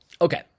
Okay